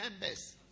members